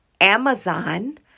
Amazon